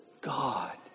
God